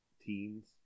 teens